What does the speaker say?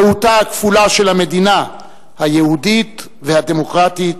זהותה הכפולה של המדינה היהודית והדמוקרטית